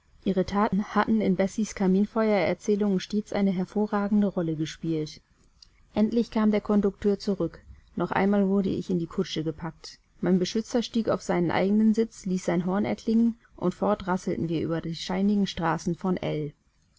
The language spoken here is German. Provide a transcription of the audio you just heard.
ihre thaten hatten in bessies kaminfeuererzählungen stets eine hervorragende rolle gespielt endlich kam der kondukteur zurück noch einmal wurde ich in die kutsche gepackt mein beschützer stieg auf seinen eigenen sitz ließ sein horn erklingen und fort rasselten wir über die steinigen straßen von